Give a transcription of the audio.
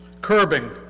curbing